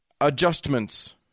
adjustments